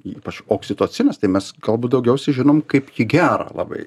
ypač oksitocinas tai mes galbūt daugiausiai žinom kaip jį gerą labai